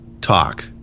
talk